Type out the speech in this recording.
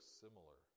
similar